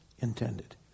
intended